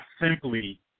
simply